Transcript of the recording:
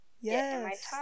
Yes